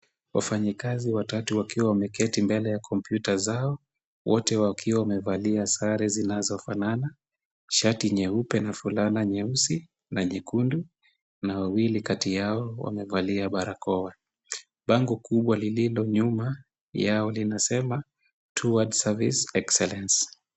Wafanyikazi watatu wakiwa wameketi mbele ya kompyuta zao wote wakiwa wamevalia sare zinazofanana shati nyeupe na fulana nyeusi na nyekundu na wawili kati yao wamevalia barakoa. Bango kubwa lililo nyuma yao linasema Towards Service Excellence .